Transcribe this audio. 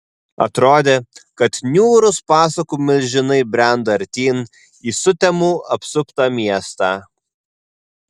atrodė kad niūrūs pasakų milžinai brenda artyn į sutemų apsuptą miestą